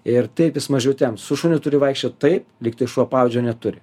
ir taip jis mažiau temps su šuniu turi vaikščiot tai lygtai šuo pavadžio neturi